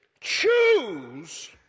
choose